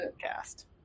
Cast